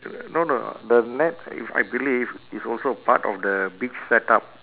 no no the net if I believe is also part of the beach setup